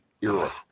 era